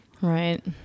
Right